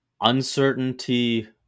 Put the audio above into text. uncertainty